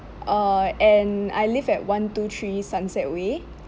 uh and I live at one two three sunset way